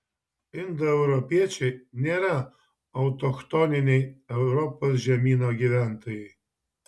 indoeuropiečiai nėra autochtoniniai europos žemyno gyventojai